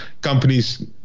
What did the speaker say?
companies